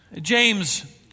James